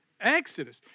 Exodus